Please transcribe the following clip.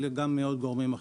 אבל גם מעוד גורמים אחרים.